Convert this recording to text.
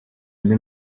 andi